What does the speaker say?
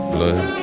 Blood